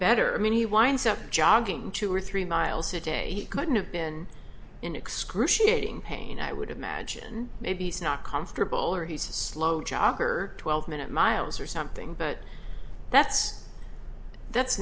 better i mean he winds up jogging two or three miles a day he couldn't have been in excruciating pain i would imagine maybe so not comfortable or he's a slow jock or twelve minute miles or something but that's that's